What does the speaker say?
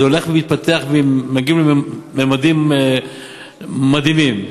זה הולך ומתפתח, ומגיעים לממדים מדהימים.